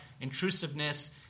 intrusiveness